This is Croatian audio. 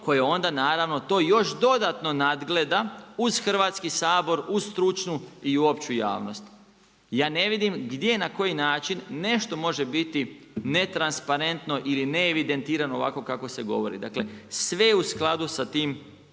koje onda to još dodatno nadgleda uz Hrvatski sabor, uz stručnu i opću javnost. Ja ne vidim gdje na koji način nešto možemo biti ne transparentno ili ne evidentirano ovako kako se govori. Dakle sve je u skladu sa tim